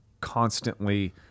constantly